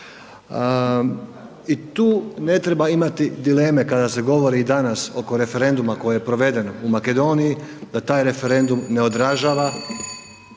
I tu ne treba imati dileme kada se govori i danas oko referenduma koje je proveden u Makedoniji, da taj referendum ne odražava